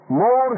more